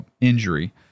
injury